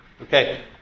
Okay